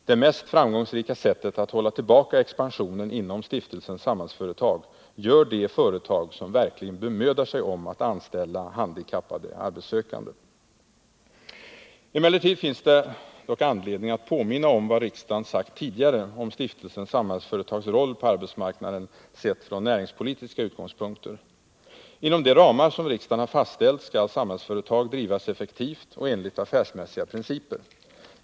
Den mest framgångsrika insatsen för att hålla tillbaka expansionen inom Stiftelsen Samhällsföretag gör de företag som verkligen bemödar sig om att anställa handikappade arbetssökande. Emellertid finns det anledning att påminna om vad riksdagen sagt tidigare om Stiftelsen Samhällsföretags roll på arbetsmarknaden, sett från näringspolitiska utgångspunkter. Inom de ramar som riksdagen har fastställt skall Samhällsföretag drivas effektivt och enligt affärsmässiga principer.